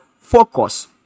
focus